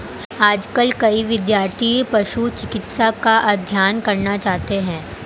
आजकल कई विद्यार्थी पशु चिकित्सा का अध्ययन करना चाहते हैं